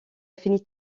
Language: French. finit